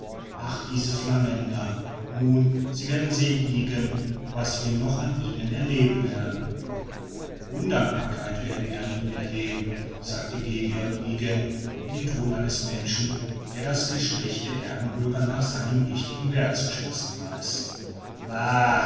ach diese flamänder nun sie werden sehen ygen was wir noch an ihnen erleben werden undankbarkeit werden wir an ihnen erleben sagte gdon ygen im ton eines menschen der das geschlecht der erdenbürger nach seinem richtigen werth zu schätzen weiß bah